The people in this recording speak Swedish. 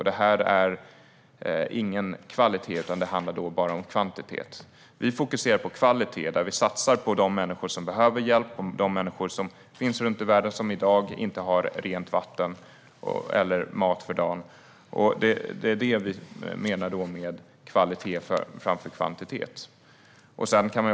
Det här är ingen kvalitet, utan det handlar bara om kvantitet. Vi fokuserar på kvalitet och satsar på de människor som behöver hjälp runt om i världen och inte har rent vatten eller mat för dagen. Det är det vi menar med kvalitet framför kvantitet.